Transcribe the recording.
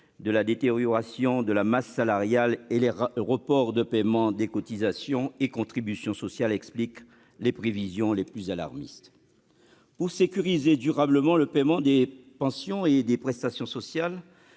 la détérioration de la masse salariale et les reports de paiement des cotisations et contributions sociales expliquent les prévisions les plus alarmistes. En conséquence, pour sécuriser durablement le paiement des pensions et des prestations sociales,